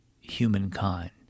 humankind